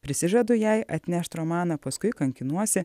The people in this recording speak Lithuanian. prisižadu jai atnešt romaną paskui kankinuosi